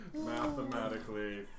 Mathematically